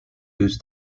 boost